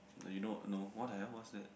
you know what the heck is that